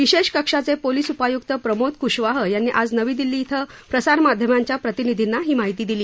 विशेष कक्षाचे पोलिस उपायुक्त प्रमोद कुशवाह यांनी आज नवी दिल्ली धिं प्रसारमाध्यमांच्या प्रतिनिधींना ही माहिती दिली